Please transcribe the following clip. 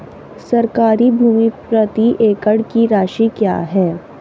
सरकारी भूमि प्रति एकड़ की राशि क्या है?